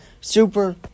Super